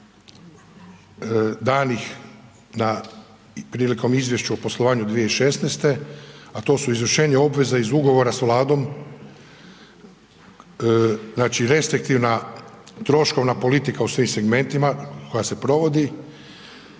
RH, danih na prilikom izvješća o poslovanju 2016., a to su izvršenje obveza iz ugovora s Vladom, znači restriktivna troškovna politika u svim segmentima koja se provodi